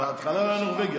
בהתחלה הוא היה נורבגי,